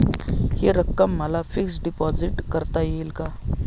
हि रक्कम मला फिक्स डिपॉझिट करता येईल का?